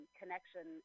connection